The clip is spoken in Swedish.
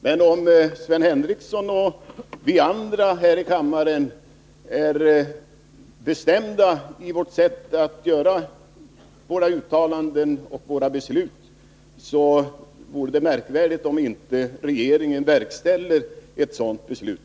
Men om Sven Henricsson och vi andra här i kammaren är bestämda i vårt sätt att göra våra uttalanden och fatta våra beslut, då vore det märkvärdigt om inte regeringen verkställer ett sådant beslut.